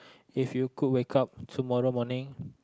if you could wake up tomorrow morning